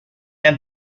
and